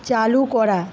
চালু করা